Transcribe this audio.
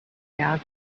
gas